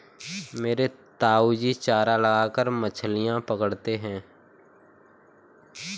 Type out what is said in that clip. मेरे ताऊजी चारा लगाकर मछलियां पकड़ते हैं